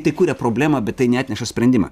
tai kuria problemą bet tai neatneša sprendimą